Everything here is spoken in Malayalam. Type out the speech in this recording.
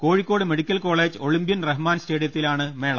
കോഴിക്കോട് മെഡിക്കൽകോളേജ് ഒളിമ്പ്യൻ റഹ്മാൻ സ്റ്റേഡിയത്തിലാണ് മേള